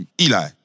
Eli